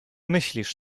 myślisz